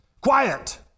Quiet